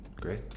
great